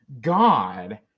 God